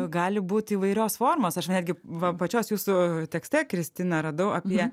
gali būti įvairios formos aš netgi va pačios jūsų tekste kristina radau apie